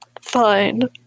Fine